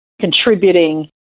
contributing